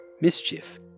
mischief